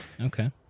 okay